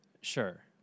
Sure